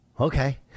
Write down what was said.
Okay